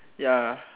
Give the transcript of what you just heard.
ya